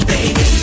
Baby